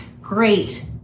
great